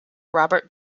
robert